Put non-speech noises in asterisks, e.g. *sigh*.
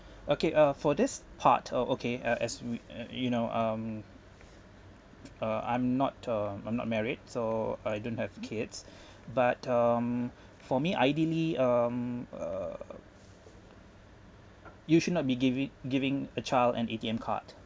okay uh for this part uh okay a~ as we *noise* you know um uh I'm not uh I'm not married so I don't have kids *breath* but um for me ideally um uh you should not be giving giving a child an A_T_M card